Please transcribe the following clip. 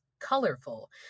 colorful